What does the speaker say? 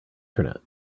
internet